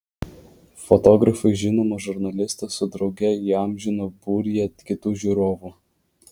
fotografai žinomą žurnalistą su drauge įamžino būryje kitų žiūrovų